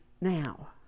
now